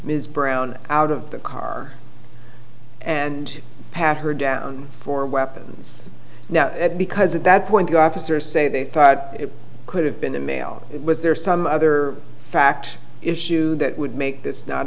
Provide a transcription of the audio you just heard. ms brown out of the car and have her down for weapons now because at that point goff is there say they thought it could have been a male was there some other fact issue that would make this not